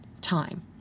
time